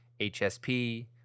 HSP